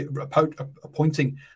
appointing